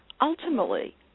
Ultimately